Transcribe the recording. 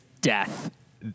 Death